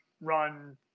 run